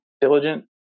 diligent